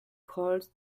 called